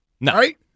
Right